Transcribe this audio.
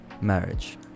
marriage